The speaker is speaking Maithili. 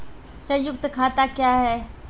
संयुक्त खाता क्या हैं?